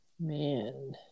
Man